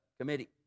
committee